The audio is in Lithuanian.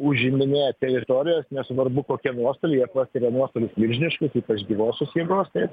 užiminėja teritorijas nesvarbu kokie nuostoliai jie patiria nuostolius milžiniškus ypač gyvosios jėgos taip